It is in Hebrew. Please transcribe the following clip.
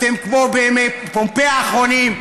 אתם כמו בימי פומפיי האחרונים,